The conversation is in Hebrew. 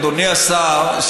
אדוני השר,